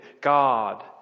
God